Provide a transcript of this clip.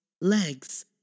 legs